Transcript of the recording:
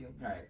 Right